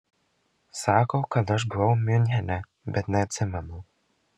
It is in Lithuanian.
sako kad aš buvau miunchene bet neatsimenu